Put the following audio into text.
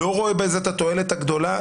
אני לא רואה בזה את התועלת הגדולה,